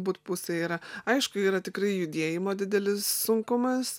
būt pusė yra aišku yra tikrai judėjimo didelis sunkumas